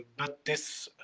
but this,